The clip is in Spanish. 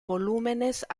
volúmenes